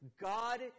God